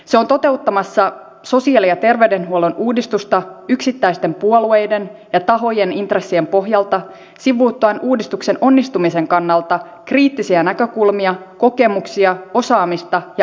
se on toteuttamassa sosiaali ja terveydenhuollon uudistusta yksittäisten puolueiden ja tahojen intressien pohjalta sivuuttaen uudistuksen onnistumisen kannalta kriittisiä näkökulmia kokemuksia osaamista ja asiantuntemusta